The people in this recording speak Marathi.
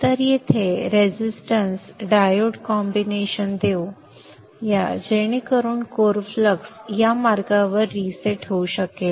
तर येथे रेझिस्टन्स डायोड कॉम्बिनेशन देऊ या जेणेकरुन कोर फ्लक्स या मार्गावर रीसेट होऊ शकेल